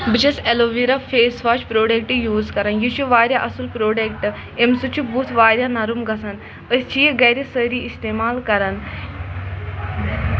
بہٕ چھٮ۪س aloe vera face wash product use کَران یہِ چھُ واریاہ اَصٕل پرٛوڈکٹ امہِ سۭتۍ چھُ بُتھ واریاہ نرم گژھان أسۍ چھِ یہِ گَرِ سٲری استعمال کَران